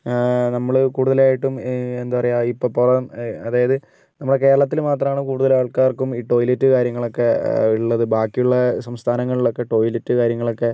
നമ്മൾ കൂടുതലായിട്ടും എന്താ പറയുക ഇപ്പോൾ പോലും അതായത് നമ്മുടെ കേരളത്തിൽ മാത്രമാണ് കൂടുതൽ ആൾക്കാർക്കും ടോയ്ലറ്റ് കാര്യങ്ങളൊക്കെ ഉള്ളത് ബാക്കിയുള്ള സംസ്ഥാനങ്ങളിൽ ഒക്കെ ടോയ്ലറ്റ് കാര്യങ്ങളൊക്കെ